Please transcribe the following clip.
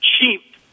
cheap